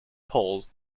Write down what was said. polls